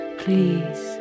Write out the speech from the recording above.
please